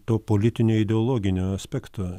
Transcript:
to politinio ideologinio aspekto